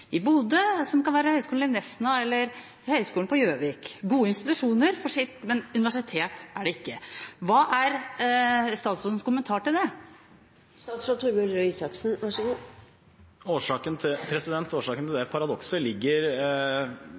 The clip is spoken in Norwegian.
Bodø, det kan være Høgskolen i Nesna eller Høgskolen i Gjøvik – gode institusjoner, men universitet er det ikke. Hva er statsrådens kommentar til det? Årsaken til det paradokset ligger mer enn ti år tilbake i tid. Stortinget bestemte seg for i praksis å oppheve det